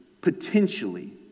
potentially